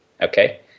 Okay